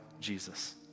Jesus